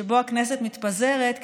שבו הכנסת מתפזרת,